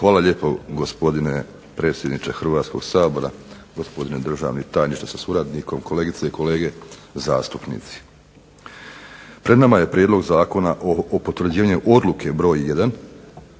Hvala lijepo gospodine predsjedniče Hrvatskog sabora. Gospodine državni tajniče sa suradnikom. Kolegice i kolege zastupnici. Pred nama je Prijedlog zakona o potvrđivanju Odluke br. 1